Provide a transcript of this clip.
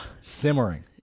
simmering